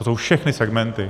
To jsou všechny segmenty.